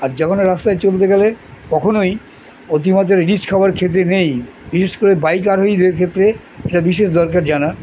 আর যখন রাস্তায় চলতে গেলে কখনোই অতিমাদের রিচ খাবার ক্ষেত্রে নেই বিশেষ করে বাইকার হয়ে ক্ষেত্রে এটা বিশেষ দরকার জানা